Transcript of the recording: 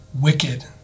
wicked